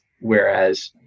whereas